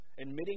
admitting